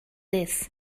this